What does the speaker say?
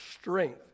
strength